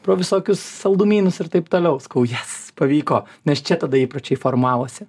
pro visokius saldumynus ir taip toliau sakau yes pavyko nes čia tada įpročiai formavosi